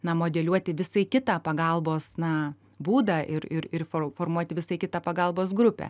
na modeliuoti visai kitą pagalbos na būdą ir ir formuoti visai kitą pagalbos grupę